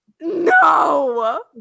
no